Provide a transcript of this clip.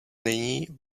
není